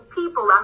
people